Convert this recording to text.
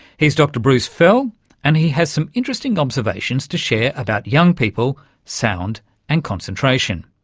he's dr bruce fell and he has some interesting observations to share about young people, sound and concentration.